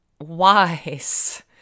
wise